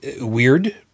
weird